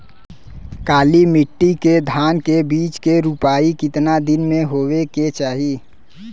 काली मिट्टी के धान के बिज के रूपाई कितना दिन मे होवे के चाही?